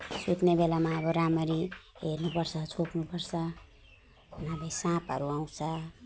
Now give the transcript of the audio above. सुत्ने बेलामा अब राम्ररी हेर्नु पर्छ छोप्नु पर्छ नभए साँपहरू आउँछ